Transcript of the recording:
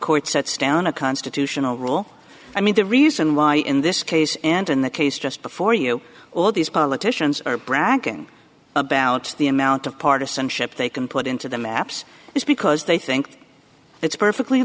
stone a constitutional rule i mean the reason why in this case and in the case just before you all these politicians are bragging about the amount of partisanship they can put into the maps is because they think it's perfectly